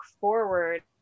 forward